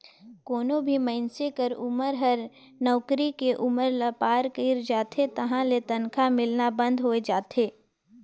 कोनो भी मइनसे क उमर हर नउकरी के उमर ल पार कइर जाथे तहां ले तनखा मिलना बंद होय जाथे